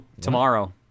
tomorrow